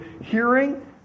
hearing